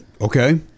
Okay